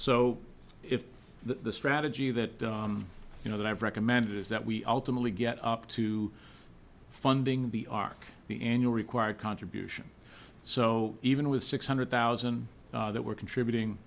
so if the strategy that you know that i've recommended is that we ultimately get up to funding the arc the annual our contribution so even with six hundred thousand that we're contributing